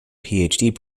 phd